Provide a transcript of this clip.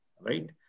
right